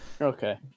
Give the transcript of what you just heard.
Okay